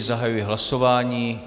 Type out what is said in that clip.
Zahajuji hlasování.